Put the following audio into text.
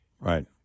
right